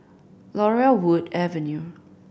Laurel Wood Avenue